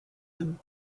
them